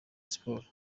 siporo